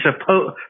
supposed